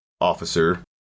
officer